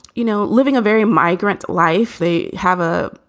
you know, living a very migrants' life. they have a,